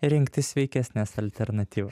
rinktis sveikesnes alternatyv